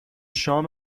شام